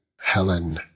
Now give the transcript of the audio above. helen